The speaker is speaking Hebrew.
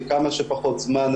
מה הפתרונות שמוצעים לאותה נערה?